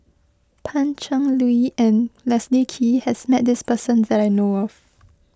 Pan Cheng Lui and Leslie Kee has met this person that I know of